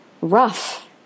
rough